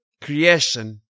Creation